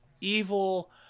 evil